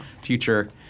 future